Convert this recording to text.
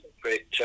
great